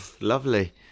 Lovely